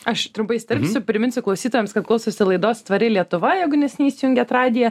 aš trumpai įsiterpsiu priminsiu klausytojams kad klausosi laidos tvari lietuva jeigu neseniai įsijungįt radiją